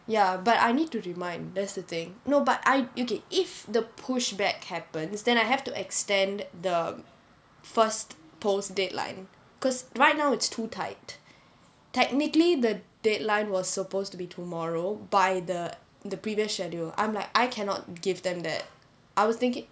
ya but I need to remind that's the thing no but I okay if the pushback happens then I have to extend the first post deadline because right now it's too tight technically the deadline was supposed to be tomorrow by the the previous schedule I'm like I cannot give them that I was thinking